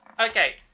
Okay